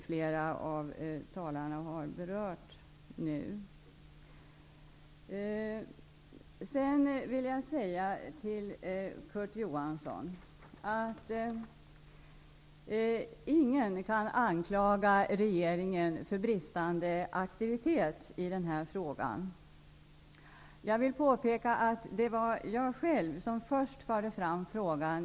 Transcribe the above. Flera av talarna här har berört den saken. Till Kurt Ove Johansson vill jag säga följande. Ingen kan anklaga regeringen för bristande aktivitet i den här frågan. Jag vill påpeka att jag själv var först med att föra fram frågan.